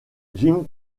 jim